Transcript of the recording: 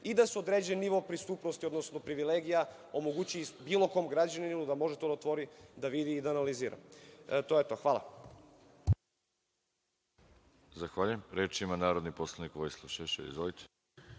i da se određeen nivo pristupnosti, odnosno privilegija, omogući bilo kom građaninu da može to da otvori, da vidi i da analizira? To je to. Hvala.